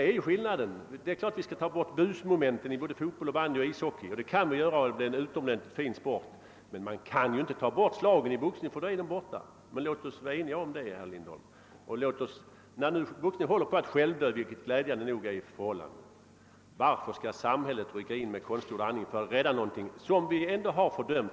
Vi skall naturligtvis eliminera busmomenten i både fotboll, bandy och ishockey, och det kan vi göra eftersom det är fråga om utomordentligt fina sportgrenar. Men tar man bort slagen, busaktigheten, i boxningen försvinner denna sport som sådan. Låt oss gärna vara eniga om att se till att det blir så, herr Lindholm. När boxningen håller på självdö, vilket glädjande nog är förhållandet, varför skall samhället då rycka in med konstgjord andning för att rädda något som vi har fördömt?